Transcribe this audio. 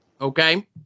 Okay